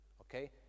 okay